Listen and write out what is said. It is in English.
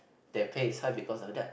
their pay is high because of that